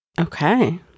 Okay